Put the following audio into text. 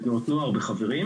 בתנועות נוער ובחברים.